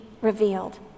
revealed